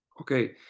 Okay